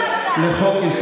אז אני אוכל לדבר.